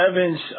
Evans